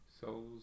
souls